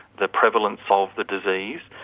the prevalence of the disease.